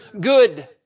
good